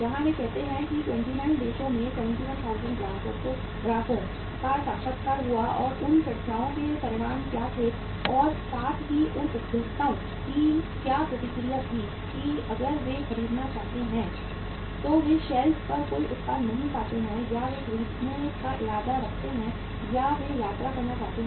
जहां वे कहते हैं कि 29 देशों में 71000 ग्राहकों का साक्षात्कार हुआ और उन चर्चाओं के परिणाम क्या थे और साथ ही उन उपभोक्ताओं की क्या प्रतिक्रिया थी कि अगर वे खरीदना चाहते हैं तो वे शेल्फ पर कोई उत्पाद नहीं पाते हैं या वे खरीदने का इरादा रखते हैं या वे यात्रा करना चाहते हैं